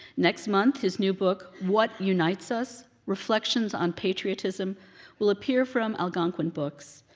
next month, his new book what unites us reflections on patriotism will appear from algonquin books.